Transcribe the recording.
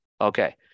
Okay